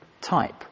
type